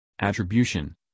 Attribution